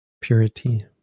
purity